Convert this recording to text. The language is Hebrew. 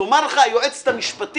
תאמר לך היועצת המשפטית